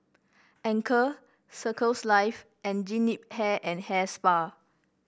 Anchor Circles Life and Jean Yip Hair and Hair Spa